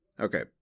okay